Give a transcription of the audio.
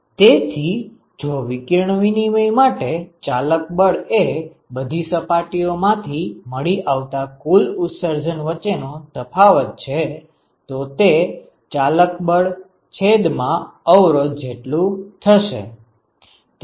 તેથી જો વિકિરણ વિનિમય માટે ચાલક બળ એ બધી સપાટીઓ માંથી મળી આવતા કુલ ઉત્સર્જન વચ્ચે નો તફાવત છે તો તે ચાલક બળ driving forceઅવરોધ થશે